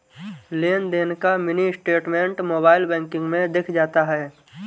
लेनदेन का mini statement mobile banking में दिख जाता है